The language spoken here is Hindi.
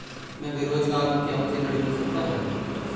मैं बेरोजगार हूँ क्या मुझे ऋण मिल सकता है?